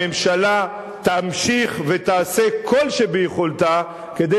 הממשלה תמשיך ותעשה כל שביכולתה כדי